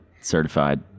certified